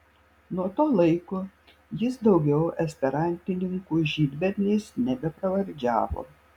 nuo to laiko jis daugiau esperantininkų žydberniais nebepravardžiavo